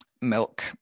milk